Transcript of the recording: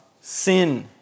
sin